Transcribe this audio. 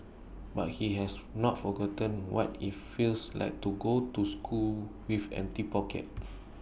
but he has not forgotten what IT feels like to go to school with empty pockets